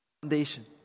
foundation